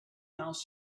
mouth